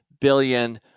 billion